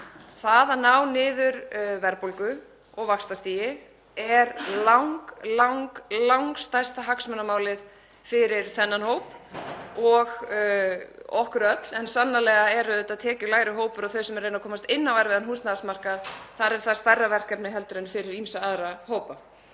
það að ná niður verðbólgu og vaxtastigi er langstærsta hagsmunamálið fyrir þennan hóp og okkur öll. En sannarlega er það fyrir tekjulægri hópa og þau sem eru að reyna að komast inn á erfiðan húsnæðismarkað stærra verkefni heldur en fyrir ýmsa aðra hópa.